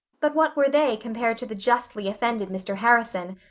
but what were they compared to the justly offended mr. harrison?